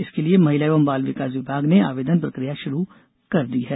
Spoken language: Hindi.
इसके लिए महिला एवं बाल विकास विभाग ने आवेदन प्रक्रिया षुरू कर दी है